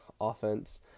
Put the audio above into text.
offense